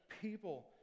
people